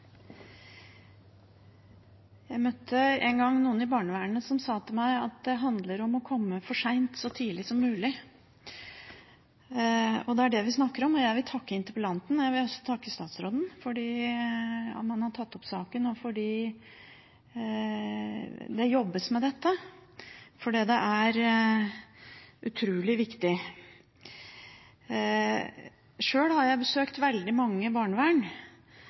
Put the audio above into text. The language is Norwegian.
Jeg møtte en gang noen i barnevernet som sa til meg at det handler om å komme for seint så tidlig som mulig, og det er det vi snakker om. Jeg vil takke interpellanten, og jeg vil også takke statsråden, for at man har tatt opp saken, og fordi det jobbes med dette. Det er utrolig viktig. Sjøl har jeg besøkt veldig mange barnevern,